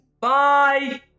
Bye